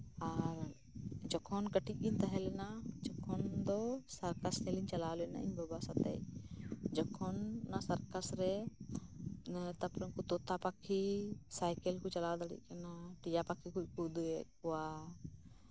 ᱟᱨ ᱡᱚᱠᱷᱚᱱ ᱠᱟᱹᱴᱤᱡ ᱜᱤᱧ ᱛᱟᱸᱦᱮ ᱠᱟᱱᱟ ᱛᱚᱠᱷᱚᱱ ᱫᱚ ᱥᱟᱨᱠᱟᱥ ᱧᱮᱞ ᱤᱧ ᱪᱟᱞᱟᱣ ᱞᱮᱱᱟ ᱤᱧ ᱵᱟᱵᱟ ᱥᱟᱛᱮᱜ ᱡᱚᱠᱷᱚᱱ ᱚᱱᱟ ᱥᱟᱨᱠᱟᱥᱨᱮ ᱛᱳᱛᱟᱯᱟᱠᱷᱤ ᱟᱭᱠᱮᱞ ᱠᱚ ᱪᱟᱞᱟᱣ ᱫᱟᱲᱮᱭᱟᱜ ᱠᱟᱱᱟ ᱴᱤᱭᱟ ᱯᱟᱠᱷᱤ ᱠᱚ ᱩᱫᱩᱜ ᱮᱜ ᱠᱚᱣᱟ